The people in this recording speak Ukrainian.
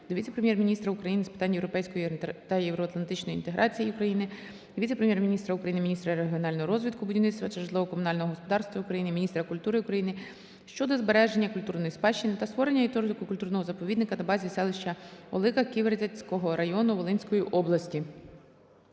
до віце-прем'єр-міністра з питань європейської та євроатлантичної інтеграції України, віце-прем’єр-міністра України - міністра регіонального розвитку, будівництва та житлово-комунального господарства України, міністра культури України щодо збереження культурної спадщини та створення історико-культурного заповідника на базі селища Олика Ківерцівського району Волинської області.